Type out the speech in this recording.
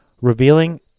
revealing